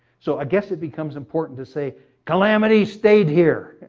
so i guess it becomes important to say calamity stayed here.